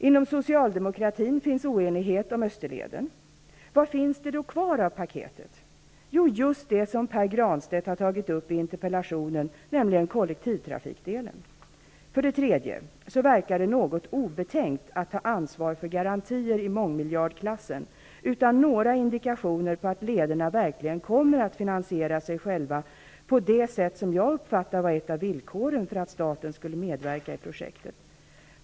Inom socialdemokratin finns oenighet om Vad finns då kvar av paketet? Jo, just det som Pär Granstedt har tagit upp i interpellationen, nämligen kollektivtrafikdelen. För det tredje verkar det något obetänkt att ta ansvar för garantier i mångmiljardklassen utan några indikationer på att lederna verkligen kommer att finansiera sig själva på det sätt som jag uppfattade var ett av villkoren för att staten skulle medverka i projektet.